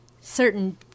certain